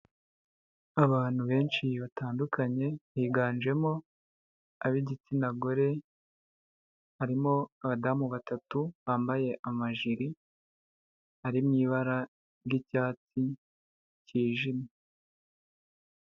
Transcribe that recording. Abantu benshi batandukanye biganjemo ab'igitsina gore, harimo abadamu batatu bambaye amajiri ari mw’ibara ry'icyatsi cyijimye.